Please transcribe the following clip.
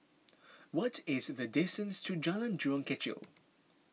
what is the distance to Jalan Jurong Kechil